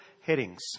headings